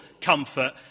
comfort